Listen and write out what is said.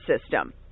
system